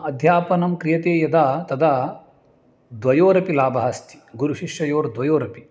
अध्यापनं क्रियते यदा तदा द्वयोरपि लाभः अस्ति गुरुशिष्ययोर्द्वयोरपि